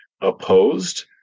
opposed